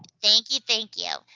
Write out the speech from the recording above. thank you, thank you.